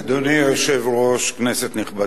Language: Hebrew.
אדוני היושב-ראש, כנסת נכבדה,